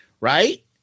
Right